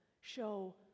Show